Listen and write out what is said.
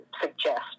suggest